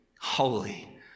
holy